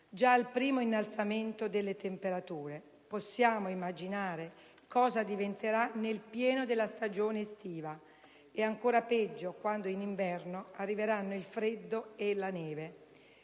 già al primo innalzamento delle temperature. Possiamo immaginare cosa diventerà nel pieno della stagione estiva e, ancora peggio, quando in inverno arriveranno il freddo e la neve.